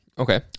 Okay